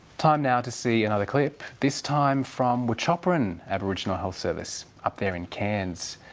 time now to see another clip this time from wuchopperen aboriginal health service up there in cairns,